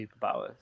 superpowers